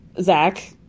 Zach